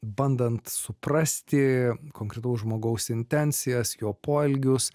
bandant suprasti konkretaus žmogaus intencijas jo poelgius